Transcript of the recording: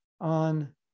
on